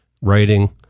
writing